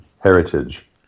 heritage